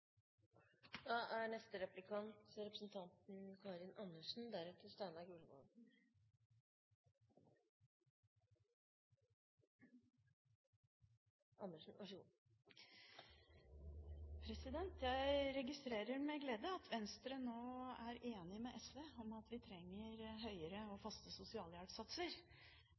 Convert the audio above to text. Jeg registrerer med glede at Venstre nå er enig med SV i at vi trenger høyere, og faste, sosialhjelpssatser.